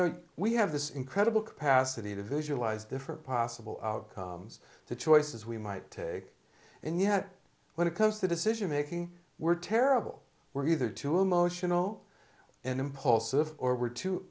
know we have this incredible capacity to visualize different possible outcomes the choices we might take and yet when it comes to decision making we're terrible we're either too emotional and impulsive or we're too